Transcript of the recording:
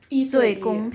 一对一 ah